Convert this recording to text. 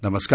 नमस्कार